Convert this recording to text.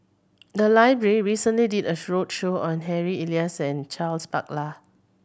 the library recently did a roadshow on Harry Elias and Charles Paglar